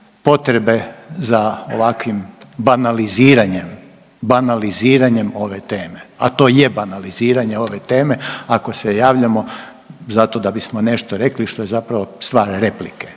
potrebe za ovakvim banaliziranjem ove teme, a to je banaliziranje ove teme ako se javljamo zato da bismo nešto rekli što je zapravo stvar replike.